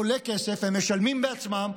עולה כסף, הם משלמים בעצמם.